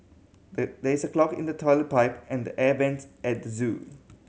the there is a clog in the toilet pipe and the air vents at the zoo